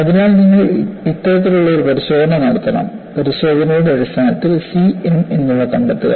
അതിനാൽ നിങ്ങൾ ഇത്തരത്തിലുള്ള ഒരു പരിശോധന നടത്തണം പരിശോധനയുടെ അടിസ്ഥാനത്തിൽ C m എന്നിവ കണ്ടെത്തുക